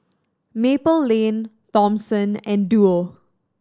Maple Lane Thomson and Duo